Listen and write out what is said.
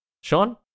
Sean